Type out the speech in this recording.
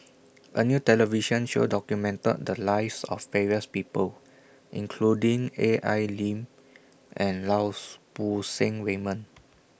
A New television Show documented The Lives of various People including A I Lim and Laus Poo Seng Raymond